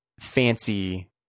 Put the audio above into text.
fancy